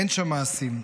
אין שם מעשים.